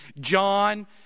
John